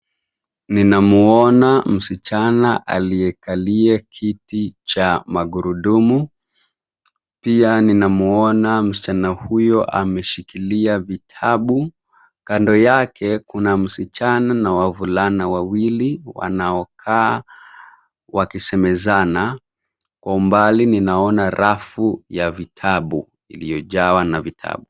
Ninamuona msichana aliyekalia kiti cha magurudumu, pia ninamuona msichana huyo ameshikilia vitabu. Kando yake kuna msichana na wavulana wawili wanaokaa wakisemezana. Kwa umbali ninaona rafu ya vitabu iliyojawa na vitabu.